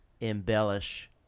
embellish